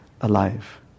alive